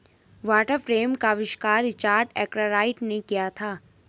water frame का आविष्कार Richard Arkwright ने किया था